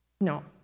no